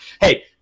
hey